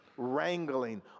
wrangling